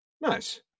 Nice